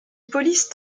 police